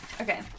Okay